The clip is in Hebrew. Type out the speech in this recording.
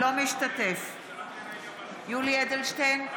אינו משתתף בהצבעה יולי יואל אדלשטיין,